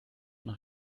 nach